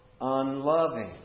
unloving